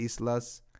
Islas